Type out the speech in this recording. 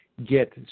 get